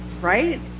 Right